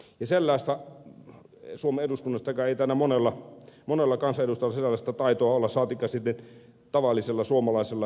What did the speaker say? suomen eduskunnassakaan ei taida monella kansanedustajalla sellaista taitoa olla saatikka sitten tavallisella suomalaisella